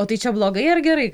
o tai čia blogai ar gerai